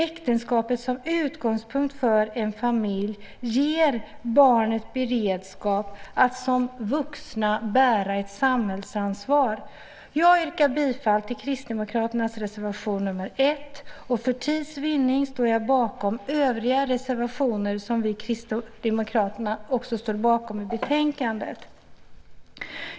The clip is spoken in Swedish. Äktenskapet som utgångspunkt för en familj ger barnen beredskap att som vuxna bära ett samhällsansvar. Jag yrkar bifall till Kristdemokraternas reservation nr 1. För tids vinnande står jag bakom övriga reservationer i betänkandet som vi kristdemokrater står bakom.